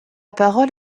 parole